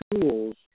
tools